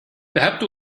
ذهبت